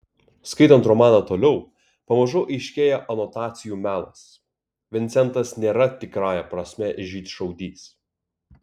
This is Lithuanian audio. skaitant romaną toliau pamažu aiškėja anotacijų melas vincentas nėra tikrąja prasme žydšaudys